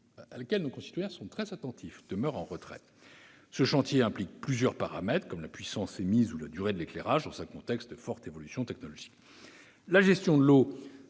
à laquelle nos concitoyens sont très attentifs, demeure en retrait. Ce chantier implique plusieurs paramètres, comme la puissance émise ou la durée de l'éclairage, dans un contexte de forte évolution technologique. La gestion de l'eau